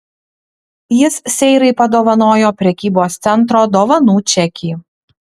jis seirai padovanojo prekybos centro dovanų čekį